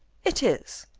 it is.